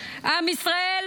עם ישראל